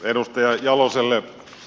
edustaja jaloselle